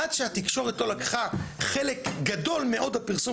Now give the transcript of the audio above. עד שהתקשורת לא לקחה חלק גדול מאוד בפרסום